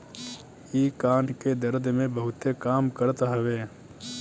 इ कान के दरद में बहुते काम करत हवे